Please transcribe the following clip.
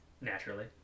Naturally